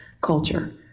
culture